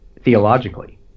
theologically